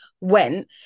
went